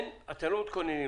אתם לא מתכוננים,